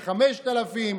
ל-5,000.